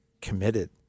committed